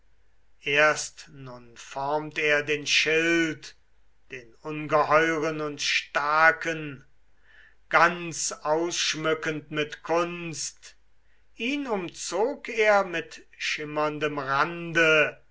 erst nun formt er den schild den ungeheuren und starken ganz ausschmückend mit kunst ihn umzog er mit schimmerndem rande